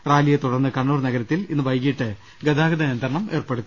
റാലിയെ തുടർന്ന് കണ്ണൂർ നഗരത്തിൽ ഇന്ന് വൈകിട്ട് ഗതാഗത നിയ ന്ത്രണം ഏർപ്പെടുത്തി